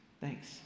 thanks